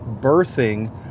birthing